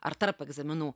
ar tarp egzaminų